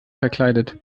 verkleidet